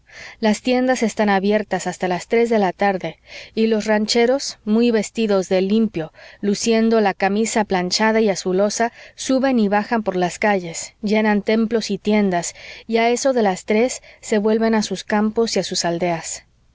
las tiendas están abiertas hasta las tres de la tarde y los rancheros muy vestidos de limpio luciendo la camisa planchada y azulosa suben y bajan por las calles llenan templos y tiendas y a eso de las tres se vuelven a sus campos y a sus aldeas